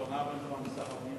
את עונה במקום שר הפנים?